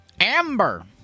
Amber